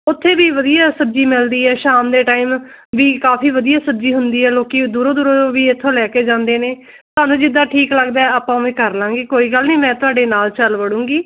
ਉੱਥੇ ਵੀ ਵਧੀਆ ਸਬਜ਼ੀ ਮਿਲਦੀ ਹੈ ਸ਼ਾਮ ਦੇ ਟਾਈਮ ਵੀ ਕਾਫ਼ੀ ਵਧੀਆ ਸਬਜ਼ੀ ਹੁੰਦੀ ਹੈ ਲੋਕ ਦੂਰੋਂ ਦੂਰੋਂ ਵੀ ਇੱਥੋਂ ਲੈ ਕੇ ਜਾਂਦੇ ਨੇ ਤੁਹਾਨੂੰ ਜਿੱਦਾਂ ਠੀਕ ਲੱਗਦਾ ਆਪਾਂ ਉਵੇਂ ਕਰ ਲਾਂਗੇ ਕੋਈ ਗੱਲ ਨਹੀਂ ਮੈਂ ਤੁਹਾਡੇ ਨਾਲ ਚੱਲ ਵੜੂੰਗੀ